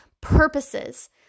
purposes